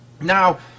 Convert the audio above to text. Now